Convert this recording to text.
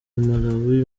malawi